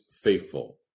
faithful